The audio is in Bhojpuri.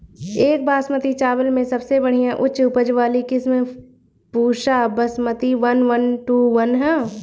एक बासमती चावल में सबसे बढ़िया उच्च उपज वाली किस्म Pusa basmati one one two one ह?